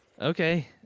Okay